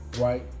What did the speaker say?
right